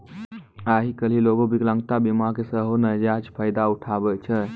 आइ काल्हि लोगें विकलांगता बीमा के सेहो नजायज फायदा उठाबै छै